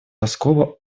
раскола